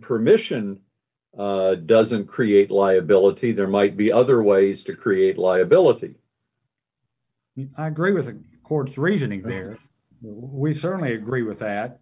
permission doesn't create liability there might be other ways to create liability i agree with the court's reasoning here we certainly agree with that